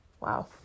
wow